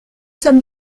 sommes